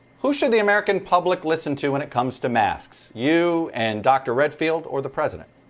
who should the american public listen to when it comes to masks? you and dr. redfield or the president?